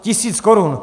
Tisíc korun.